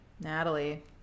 Natalie